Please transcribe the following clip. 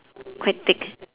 quite thick